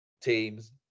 teams